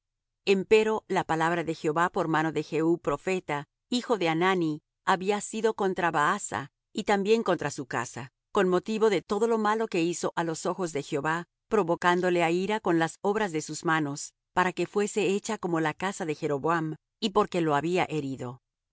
hijo empero la palabra de jehová por mano de jehú profeta hijo de hanani había sido contra baasa y también contra su casa con motivo de todo lo malo que hizo á los ojos de jehová provocándole á ira con las obras de sus manos para que fuese hecha como la casa de jeroboam y porque lo había herido en